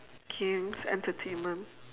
games entertainment